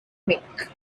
mick